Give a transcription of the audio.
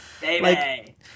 Baby